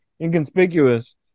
inconspicuous